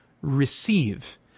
receive